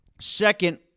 Second